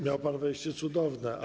Miał pan wejście cudowne, ale.